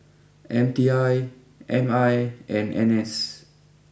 M T I M I and N S